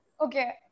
okay